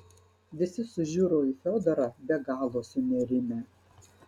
visi sužiuro į fiodorą be galo sunerimę